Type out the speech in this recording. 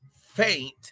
faint